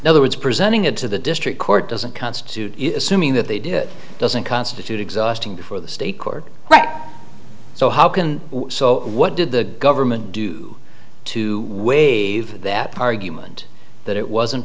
now there was presenting it to the district court doesn't constitute assuming that they did it doesn't constitute exhausting before the state court back so how can so what did the government do to waive that argument that it wasn't